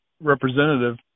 representative